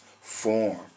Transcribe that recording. form